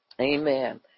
Amen